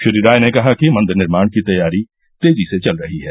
श्री राय ने कहा कि मंदिर निर्माण की तैयारी तेजी से चल रही है